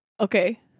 Okay